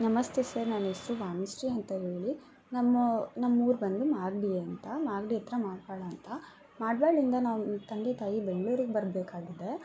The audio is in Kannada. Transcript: ನಮಸ್ತೆ ಸರ್ ನನ್ನ ಹೆಸ್ರು ವಾನಿಶ್ರೀ ಅಂತ ಹೇಳಿ ನಮ್ಮ ನಮ್ಮ ಊರು ಬಂದು ಮಾಗಡಿ ಅಂತ ಮಾಗಡಿ ಹತ್ರ ಮಾಡ್ವಾಳ್ ಅಂತ ಮಾಡ್ಬಾಳಿಂದ ನಮ್ಮ ತಂದೆ ತಾಯಿ ಬೆಂಗ್ಳೂರಿಗೆ ಬರಬೇಕಾಗಿದೆ